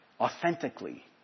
authentically